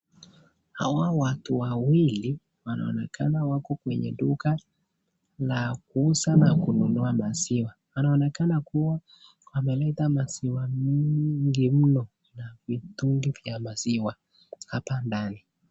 Hawa watu wawili wanonekana wako kwenye duka wa kuuza na kununua maziwa, wanaonekana kua wameleta maziwa mingi mno na mitungi vya maziwa hapa ndani.